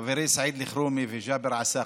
חבריי סעיד אלחרומי וג'אבר עסאקלה,